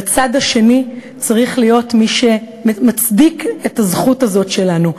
בצד השני צריך להיות מי שמצדיק את הזכות הזאת שלנו.